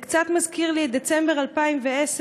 זה קצת מזכיר לי את דצמבר 2010,